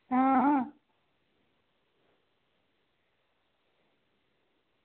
आं आं